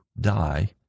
die